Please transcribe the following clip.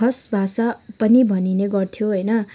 खस भाषा पनि भनिने गर्थ्यो होइन